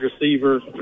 receiver